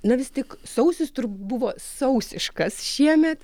na vis tik sausis buvo sausiškas šiemet